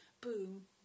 Boom